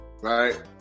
right